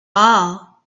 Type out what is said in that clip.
all